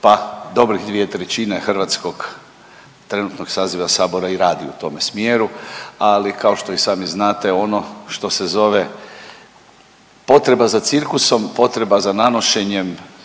pa dobrih dvije trećine hrvatskog trenutnog saziva Sabora i radi u tome smjeru. Ali kao što i sami znate ono što se zove potreba za cirkusom, potreba za nanošenjem